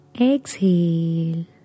exhale